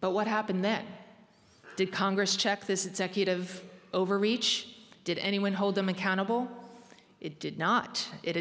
but what happened then did congress check this executive overreach did anyone hold them accountable it did not it